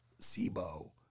SIBO